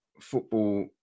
football